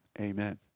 amen